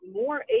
more